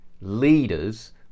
leaders